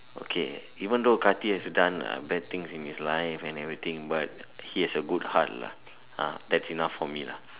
okay even thought Karthik has done uh bad things in his life and everything but he has a good heart lah ah that's enough for me lah